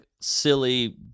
silly